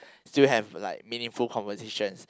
still have meaningful like conversations